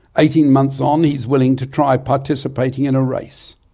eighteen months on he's willing to try participating in a race.